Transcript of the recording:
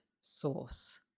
source